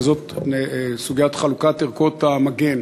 וזאת סוגיית חלוקת ערכות המגן.